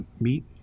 meat